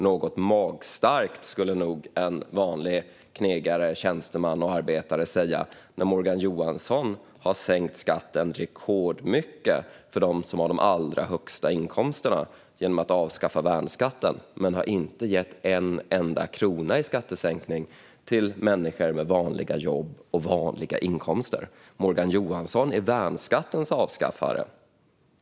Något magstarkt, skulle nog en vanlig knegare, tjänsteman eller arbetare säga, när Morgan Johansson har sänkt skatten rekordmycket för dem som har de allra högsta inkomsterna, genom att avskaffa värnskatten, men inte gett en enda krona i skattesänkning till människor med vanliga jobb och vanliga inkomster. Morgan Johansson är värnskattens avskaffare.